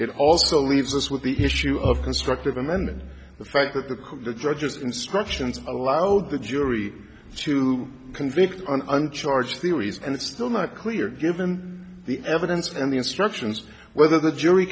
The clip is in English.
it also leaves us with the issue of constructive amendment the fact that the judge's instructions allowed the jury to convict on uncharged theories and it's still not clear given the evidence and the instructions whether the jury